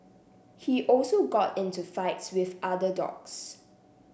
he also got into fights with other dogs